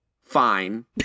fine